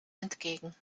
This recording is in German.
entgegen